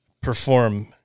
perform